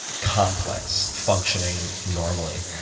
complex functioning normally.